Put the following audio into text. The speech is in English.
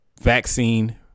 vaccine